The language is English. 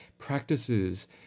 practices